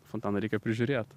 fontaną reikia prižiūrėt